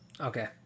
Okay